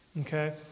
Okay